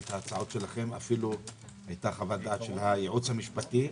אפילו היתה חוות דעת של הייעוץ המשפטי.